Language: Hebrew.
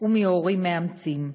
ומהורים מאמצים.